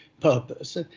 purpose